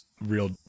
real